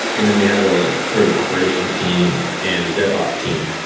and then we have ah sort of an operations team and a dev ops team.